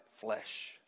flesh